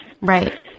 right